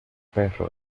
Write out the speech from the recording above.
perro